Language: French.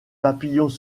papillons